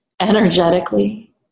Energetically